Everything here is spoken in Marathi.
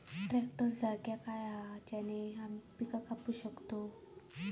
ट्रॅक्टर सारखा आणि काय हा ज्याने पीका कापू शकताव?